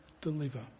deliver